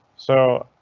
so,